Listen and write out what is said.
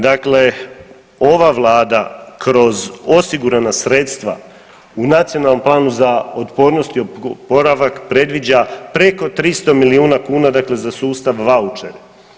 Dakle, ova Vlada kroz osigurana sredstva u Nacionalnom planu za otpornost i oporavak predviđa preko 300 milijuna kuna dakle za sustav vaučeri.